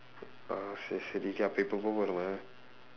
uh சரி சரி அப்ப இப்பவே போவோமா:sari sari appa ippavee poovoomaa